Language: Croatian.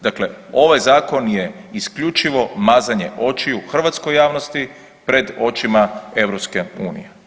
Dakle, ovaj zakon je isključivo mazanje očiju hrvatskoj javnosti pred očima EU.